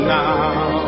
now